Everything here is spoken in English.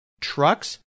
trucks